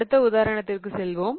அடுத்த உதாரணத்திற்கு செல்வோம்